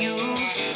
use